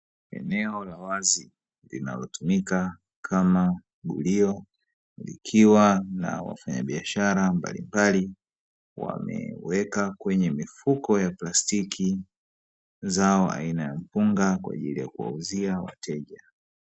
Eneo la wazi linalotumika kama gulio likiwa na wafanyabiashara mbalimbali, wameweka kwenye mifuko ya plastiki zao aina ya mpunga kwa ajili ya kuwauzia wateja.